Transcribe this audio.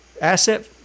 asset